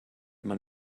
man